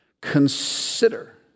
Consider